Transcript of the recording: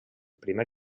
primer